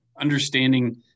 understanding